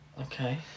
Okay